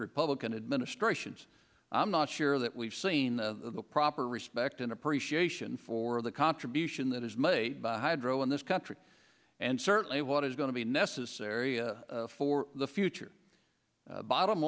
republican administrations i'm not sure that we've seen the proper respect and appreciation for the contribution that is made by hydro in this country and certainly what is going to be necessary for the future bottom